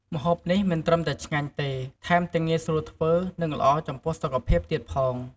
ម្ហូបនេះមិនត្រឹមតែឆ្ងាញ់ទេ ថែមទាំងងាយស្រួលធ្វើ និងល្អចំពោះសុខភាពទៀតផង។